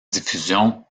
diffusion